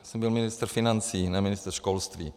Já jsem byl ministr financí, ne ministr školství.